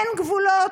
אין גבולות.